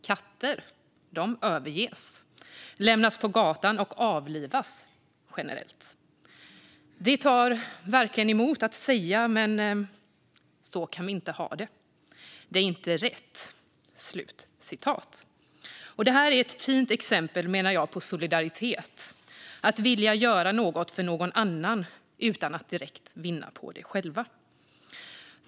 Katter överges, lämnas på gatan och avlivas generellt. Det tar verkligen emot att säga, men så kan vi inte ha det. Det är inte rätt. Detta, menar jag, är ett fint exempel på solidaritet - att vilja göra något för någon annan utan att direkt vinna på det själv.